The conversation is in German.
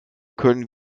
können